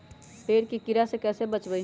पेड़ के कीड़ा से कैसे बचबई?